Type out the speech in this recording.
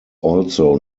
also